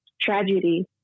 tragedy